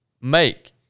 make